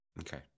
Okay